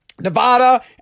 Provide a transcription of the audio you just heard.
Nevada